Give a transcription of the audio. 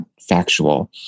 factual